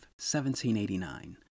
1789